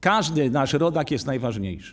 Każdy nasz rodak jest najważniejszy.